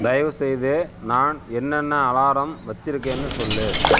தயவுசெய்து நான் என்னென்ன அலாரம் வச்சிருக்கேன்னு சொல்லு